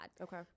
Okay